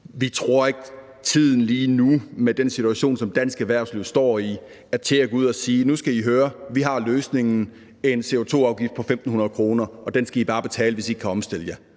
Vi tror ikke, at tiden, med den situation, som dansk erhvervsliv står i lige nu, er til at gå ud og sige: Nu skal I høre, vi har løsningen – en CO₂-afgift på 1.500 kr., og den skal I bare betale, hvis I ikke kan omstille jer.